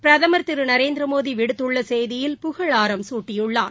பிரதமர் திருநரேந்திரமோடிவிடுத்துள்ளசெய்தியில் புகழாரம் சூட்டியுள்ளார்